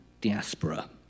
diaspora